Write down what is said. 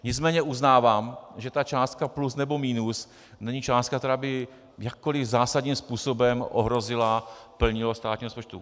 Nicméně uznávám, že ta částka plus nebo minus není částka, která by jakkoliv zásadním způsobem ohrozila plnění státního rozpočtu.